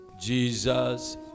Jesus